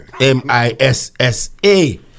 M-I-S-S-A